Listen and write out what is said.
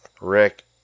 Rick